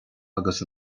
agus